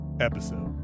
episode